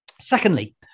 Secondly